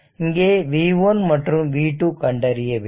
இங்கே v1 மற்றும் v2 கண்டறிய வேண்டும்